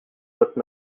votre